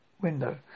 window